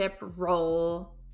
role